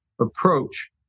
approach